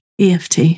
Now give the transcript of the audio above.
EFT